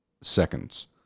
seconds